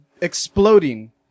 exploding